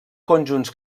conjunts